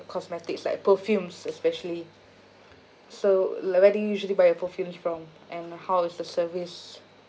cosmetics like perfumes especially so like where do you usually buy your perfumes from and how is the service